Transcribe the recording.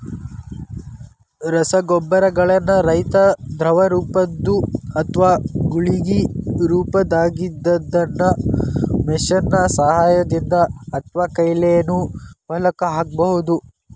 ರಸಗೊಬ್ಬರಗಳನ್ನ ರೈತಾ ದ್ರವರೂಪದ್ದು ಅತ್ವಾ ಗುಳಿಗಿ ರೊಪದಾಗಿದ್ದಿದ್ದನ್ನ ಮಷೇನ್ ನ ಸಹಾಯದಿಂದ ಅತ್ವಾಕೈಲೇನು ಹೊಲಕ್ಕ ಹಾಕ್ಬಹುದು